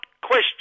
question